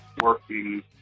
working